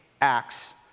Acts